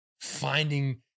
finding